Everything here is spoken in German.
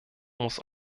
muss